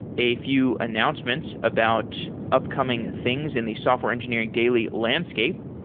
a few announcements about upcoming things in the software engineering daily landscape.